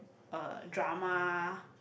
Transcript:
uh drama